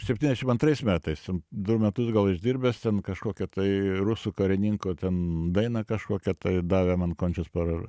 septyniasdešim antrais metais jau du metus gal išdirbęs ten kažkokią tai rusų karininko ten dainą kažkokią tai davė man končius par